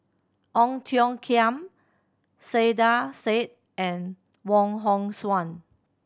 Ong Tiong Khiam Saiedah Said and Wong Hong Suen